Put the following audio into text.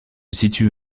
situe